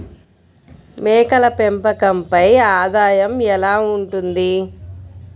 మేకల పెంపకంపై ఆదాయం ఎలా ఉంటుంది?